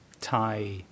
Thai